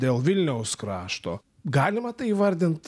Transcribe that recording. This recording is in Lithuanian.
dėl vilniaus krašto galima tai įvardint